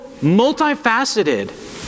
multifaceted